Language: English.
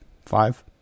Five